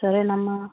సరేనమ్మా